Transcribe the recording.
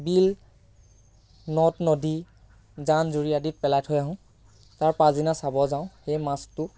বিল নদ নদী জান জুৰি আদিত পেলাই থৈ আহোঁ তাৰ পাছদিনা চাব যাওঁ সেই মাছটো